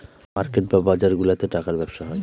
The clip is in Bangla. মার্কেট বা বাজারগুলাতে টাকার ব্যবসা হয়